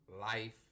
life